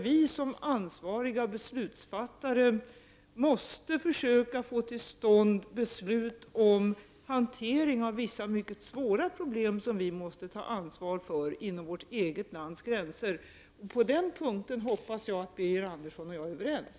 Vi ansvariga beslutsfattare måste försöka få till stånd beslut om hantering av vissa mycket svåra problem som vi måste ta ansvar för inom vårt lands gränser. På den punkten hoppas jag att Birger Andersson och jag är överens.